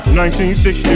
1960